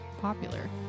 popular